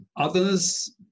Others